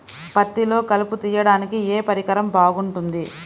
పత్తిలో కలుపు తీయడానికి ఏ పరికరం బాగుంటుంది?